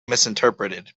misinterpreted